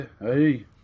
hey